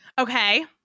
Okay